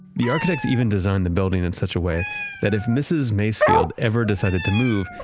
the architects even designed the building in such a way that if mrs. macefield ever decided to move,